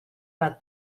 bat